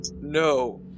No